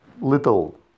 little